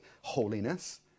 holiness